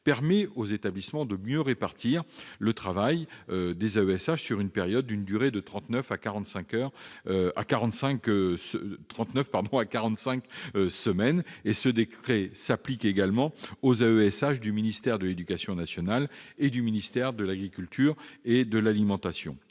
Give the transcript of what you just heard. permet aux établissements de mieux répartir le travail des AESH sur une période d'une durée de 39 à 45 semaines. Ce décret s'applique aux AESH du ministère de l'éducation nationale et du ministère de l'agriculture et de l'alimentation.